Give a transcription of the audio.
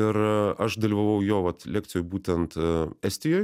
ir aš dalyvavau jo vat lekcijoj būtent estijoj